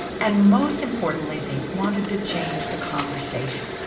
and most importantly, they wanted to change the conversation.